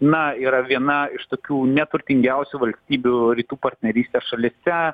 na yra viena iš tokių neturtingiausių valstybių rytų partnerystės šalyse